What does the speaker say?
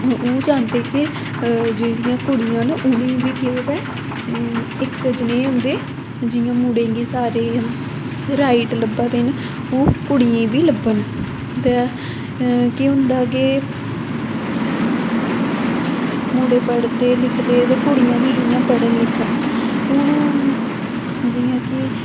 ओह् चांह्दे के जेह्ड़ियां कुड़ियां न उ'नेंगी बी केह् होऐ इक जनेह् उं'दे जियां मुड़ें गी सारे राईट लब्भा दे न ओह् कुड़ियें गी बी लब्भन ते केह् होंदा के मुड़े पढ़दे लिखदे ते कुड़ियां बी इ'यां पढ़न लिखन हून जियां कि